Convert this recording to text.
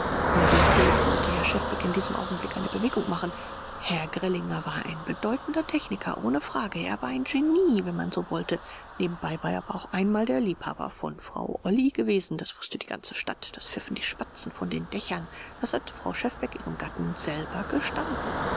unwillkürlich wollte herr schefbeck in diesem augenblick eine bewegung machen herr grellinger war ein bedeutender techniker ohne frage er war ein genie wenn man so wollte nebenbei war er aber auch einmal der liebhaber von frau olly gewesen das wußte die ganze stadt das pfiffen die spatzen von den dächern das hatte frau schefbeck ihrem gatten selber gestanden